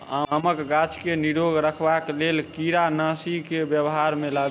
आमक गाछ केँ निरोग रखबाक लेल केँ कीड़ानासी केँ व्यवहार मे लाबी?